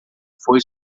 foi